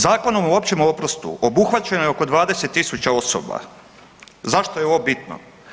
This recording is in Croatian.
Zakonom o općem oprostu obuhvaćeno je oko 20 tisuća osoba, zašto je ovo bitno?